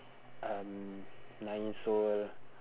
um nine years old